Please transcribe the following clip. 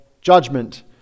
judgment